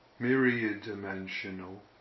myriad-dimensional